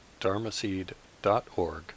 dharmaseed.org